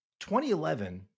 2011